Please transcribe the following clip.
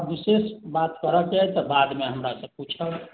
आओर विशेष बात करऽ के अइ तऽ बादमे हमरा से पुछब